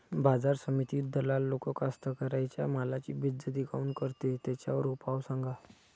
बाजार समितीत दलाल लोक कास्ताकाराच्या मालाची बेइज्जती काऊन करते? त्याच्यावर उपाव सांगा